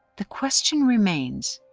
the question remains.